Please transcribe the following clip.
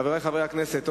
חברי חברי הכנסת,